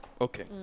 okay